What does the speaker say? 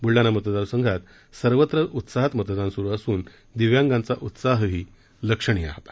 बुलडाणा मतदारसंघात सर्वत्र उत्साहात मतदान सुरू असून दिव्यांगांचा उत्साहही लक्षणीय होता